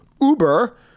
Uber